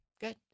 good